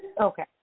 Okay